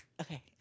Okay